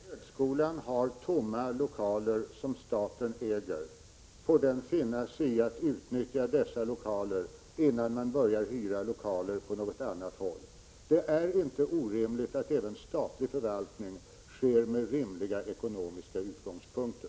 Herr talman! Så länge högskolan har tomma lokaler som staten äger får den finna sig i att utnyttja dessa, innan man hyr lokaler på något annat håll. Det är inte orimligt att även statlig förvaltning sker med rimliga ekonomiska utgångspunkter.